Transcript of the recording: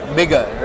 bigger